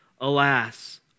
Alas